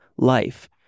life